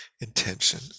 intention